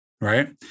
right